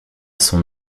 son